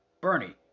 Bernie